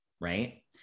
right